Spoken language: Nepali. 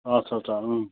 अच्छा अच्छा